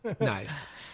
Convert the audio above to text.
Nice